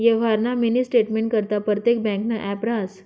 यवहारना मिनी स्टेटमेंटकरता परतेक ब्यांकनं ॲप रहास